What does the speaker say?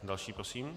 Další prosím.